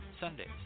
Sundays